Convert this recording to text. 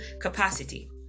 capacity